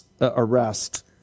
arrest